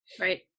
right